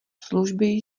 služby